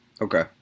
Okay